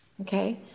okay